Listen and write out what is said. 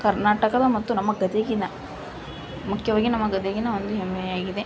ಕರ್ನಾಟಕದ ಮತ್ತು ನಮ್ಮ ಗದಗಿನ ಮುಖ್ಯವಾಗಿ ನಮ್ಮ ಗದಗಿನ ಒಂದು ಹೆಮ್ಮೆಯಾಗಿದೆ